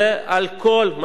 על כל מרכיביו.